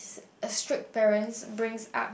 a strict parents brings up